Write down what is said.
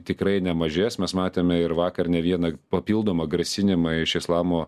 tikrai nemažės mes matėme ir vakar ne vieną papildomą grasinimą iš islamo